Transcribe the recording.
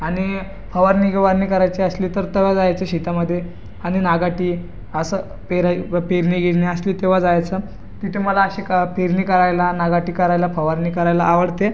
आणि फवारणी गिवारणी करायची असली तर तवा जायचं शेतामध्ये आणि नागाटी असं पेर पेरणी गिरणी असली तेव्हा जायचं तिथे मला अशी का पेरणी करायला नागाटी करायला फवारणी करायला आवडते